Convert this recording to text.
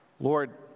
Lord